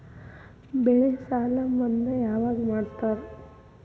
ಬೆಳೆ ಸಾಲ ಮನ್ನಾ ಯಾವಾಗ್ ಮಾಡ್ತಾರಾ?